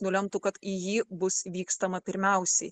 nulemtų kad į jį bus vykstama pirmiausiai